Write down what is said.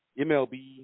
MLB